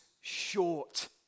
short